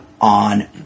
on